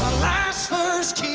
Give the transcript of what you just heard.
last first